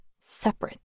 separate